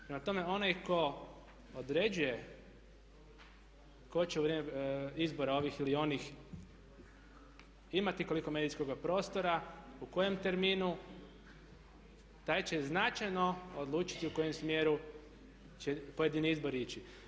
Prema tome onaj tko određuje tko će u vrijeme izbora ovih ili onih imati i koliko medijskoga prostora, u kojem terminu taj će značajno odlučiti u kojem smjeru će pojedini izbori ići.